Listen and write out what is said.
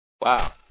Wow